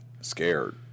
Scared